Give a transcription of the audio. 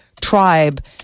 tribe